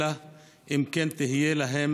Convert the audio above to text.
אלא אם כן תהיה להם